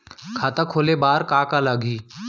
खाता खोले बार का का लागही?